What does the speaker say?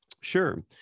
Sure